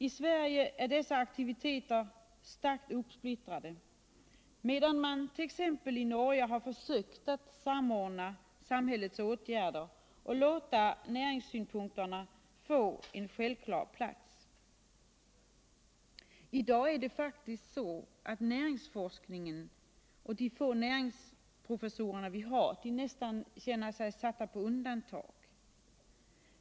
I Sverige är dessa aktiviteter starkt uppslittrade, medan man t.ex. i Norge har försökt samordna samhällets åtgärder och försökt låta näringssynpunkterna få en självklar plats. I dag är det faktiskt så att näringsforskningen och de få näringsprofessorer vi har nästan känner sig satta på undantag.